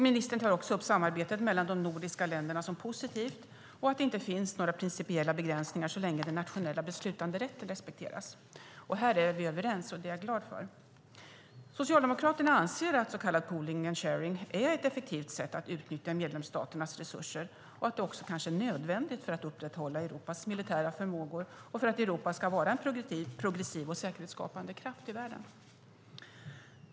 Ministern tar också upp samarbetet mellan de nordiska länderna som positivt och att det inte finns några principiella begränsningar så länge den nationella beslutanderätten respekteras. Här är vi överens, och det är jag glad för. Socialdemokraterna anser att så kallad pooling and sharing är ett effektivt sätt att utnyttja medlemsstaternas resurser och att det också kanske är nödvändigt för att upprätthålla Europas militära förmågor och för att Europa ska vara en progressiv och säkerhetsskapande kraft i världen.